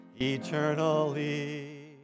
eternally